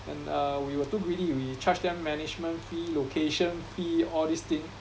and uh we were too greedy we charge them management fee location fee all this thing